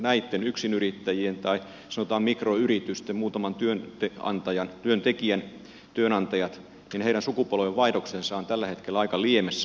näitten yksinyrittäjien tai sanotaan mikroyritysten muutaman työntekijän työnantajien sukupolvenvaihdos on tällä hetkellä aika liemessä